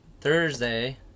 Thursday